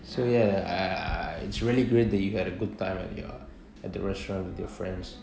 so ya it's really great that you had a good time or at the restaurant with your friends